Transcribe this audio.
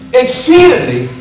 exceedingly